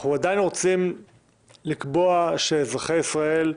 אנחנו עדיין רוצים לקבוע שאזרחי ישראל,